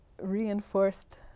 reinforced